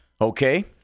Okay